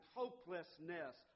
hopelessness